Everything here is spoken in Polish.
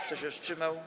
Kto się wstrzymał?